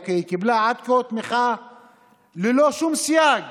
אוקיי, היא קיבלה עד כה תמיכה ללא שום סייג